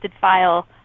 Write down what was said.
file